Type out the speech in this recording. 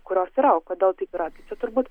kurios yra o kodėl taip yra čia turbūt